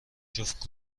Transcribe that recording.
جفت